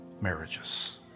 marriages